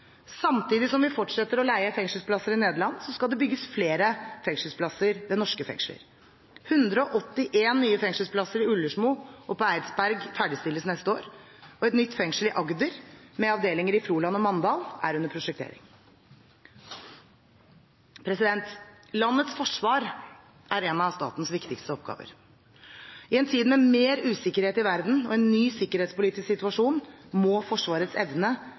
Samtidig som vi fortsetter å leie fengselsplasser i Nederland, skal det bygges flere fengselsplasser ved norske fengsler. 181 nye fengselsplasser i Ullersmo og på Eidsberg ferdigstilles til neste år, og et nytt fengsel i Agder med avdelinger i Froland og Mandal er under prosjektering. Landets forsvar er en av statens viktigste oppgaver. I en tid med mer usikkerhet i verden og en ny sikkerhetspolitisk situasjon må Forsvarets evne